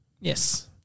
Yes